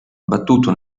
battuto